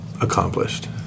accomplished